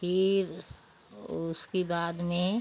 फिर उसकी बाद में